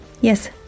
Yes